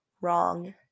wrong